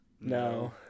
No